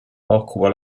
occupa